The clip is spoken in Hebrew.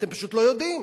אתם פשוט לא יודעים,